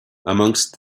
amongst